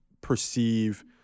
perceive